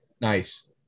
Nice